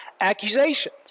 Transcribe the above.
accusations